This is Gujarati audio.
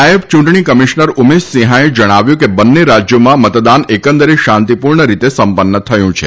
નાયબ ચુંટણી કમિશ્નર ઉમેશ સિંહાએ જણાવ્યું હતું કે બંને રાજયોમાં મતદાન એકંદરે શાંતી પુર્ણ રીતે સમ્પન્ન થયું છે